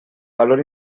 valor